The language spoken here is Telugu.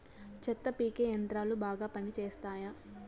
చెత్త పీకే యంత్రాలు బాగా పనిచేస్తాయా?